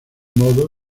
modo